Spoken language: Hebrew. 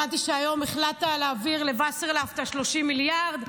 הבנתי שהיום החלטת להעביר לווסרלאוף את 30 המיליארד,